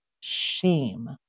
shame